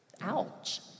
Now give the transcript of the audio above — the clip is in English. ouch